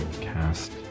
cast